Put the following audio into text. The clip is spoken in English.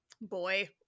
boy